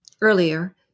Earlier